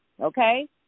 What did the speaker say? Okay